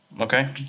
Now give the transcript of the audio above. Okay